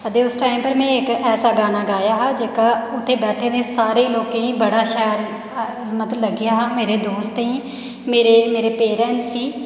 ते उस टाईम पर में इक्क ऐसा गाना गाया हा जेह्का उत्थै बैठे दे सारे लोकेंगी बड़ा शैल लग्गेआ हा मतलब मेरे दोस्तें गी मेरे मेरे पेरेंट्स गी